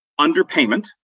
underpayment